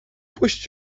puść